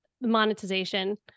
monetization